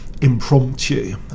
impromptu